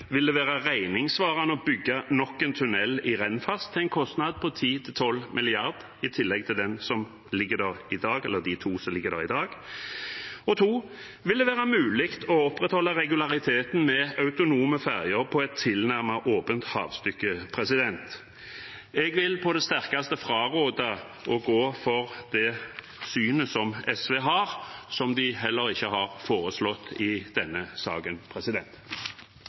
Vil det være regningssvarende å bygge nok en tunnel i Rennfast til en kostnad på 10–12 mrd. kr i tillegg til de to som er der i dag? Det andre er: Vil det være mulig å opprettholde regulariteten med autonome ferjer på et tilnærmet åpent havstykke? Jeg vil på det sterkeste fraråde å gå for det synet som SV har, som de heller ikke har foreslått i denne saken.